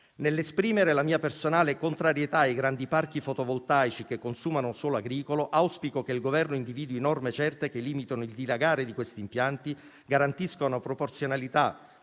Nell'esprimere la mia personale contrarietà ai grandi parchi fotovoltaici che consumano suolo agricolo, auspico che il Governo individui norme certe che limitino il dilagare di questi impianti, garantiscano proporzionalità